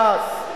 ש"ס,